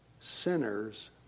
sinners